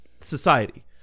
society